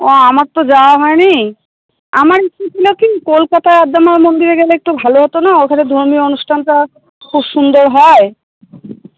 ও আমার তো যাওয়া হয় নি আমার ইচ্ছে ছিল কি কলকাতায় আদ্যা মায়ের মন্দিরে গেলে একটু ভালো হতো না ওখানে ধর্মীয় অনুষ্ঠানটা খুব সুন্দর হয়